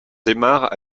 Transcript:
démarre